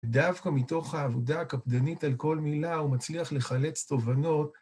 דווקא מתוך העבודה הקפדנית על כל מילה הוא מצליח לחלץ תובנות.